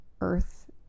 earth